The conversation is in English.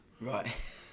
Right